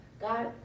God